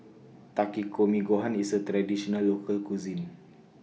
Takikomi Gohan IS A Traditional Local Cuisine